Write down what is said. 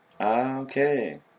Okay